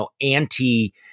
anti